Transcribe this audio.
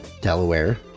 Delaware